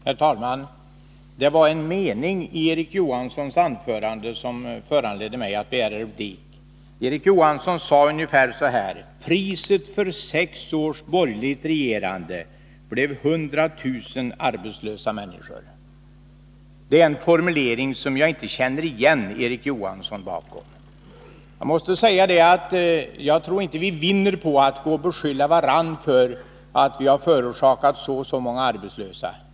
Herr talman! Det var en mening i Erik Johanssons anförande som föranledde mig att begära replik. Erik Johansson sade att priset för sex års borgerligt regerande blev 100 000 arbetslösa människor. Det är en formulering bakom vilken jag inte känner igen Erik Johansson. Jag måste säga att jag inte tror att vi vinner på att gå och beskylla varandra för att ha gjort så och så många arbetslösa.